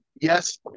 Yes